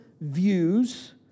views